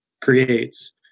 creates